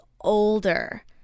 older